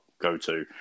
go-to